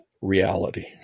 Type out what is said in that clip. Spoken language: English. reality